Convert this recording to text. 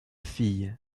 fille